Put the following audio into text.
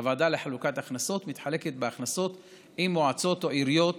הוועדה לחלוקת הכנסות מתחלקת בהכנסות עם מועצות או עיריות